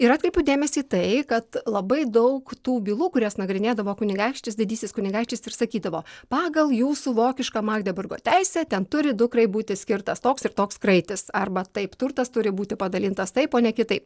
ir atkreipiu dėmesį tai kad labai daug tų bylų kurias nagrinėdavo kunigaikštis didysis kunigaikštis ir sakydavo pagal jūsų vokišką magdeburgo teisę ten turi dukrai būti skirtas toks ir toks kraitis arba taip turtas turi būti padalintas taip o ne kitaip